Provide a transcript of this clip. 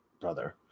brother